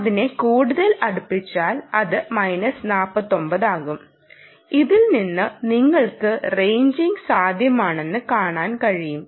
അതിനെ കൂടുതൽ അടുപ്പിച്ചാൽ അത് 49 ആകും ഇതിൽ നിന്ന് നിങ്ങൾക്ക് റേഞ്ചിംഗ് സാധ്യമാകുമെന്ന് കാണാൻ കഴിയും